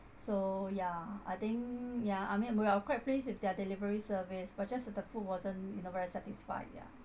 so ya I think ya I mean we are quite pleased with their delivery service but just that the food wasn't you know very satisfy ya